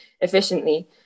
efficiently